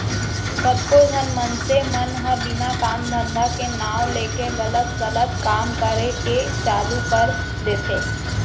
कतको झन मनसे मन ह बिना काम धंधा के नांव लेके गलत सलत काम करे के चालू कर देथे